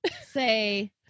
Say